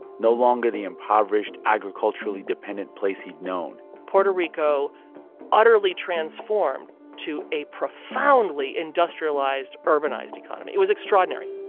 no longer the impoverished agriculturally-dependent place he'd known puerto rico utterly transformed to a profoundly industrialized, urbanized economy. it was extraordinary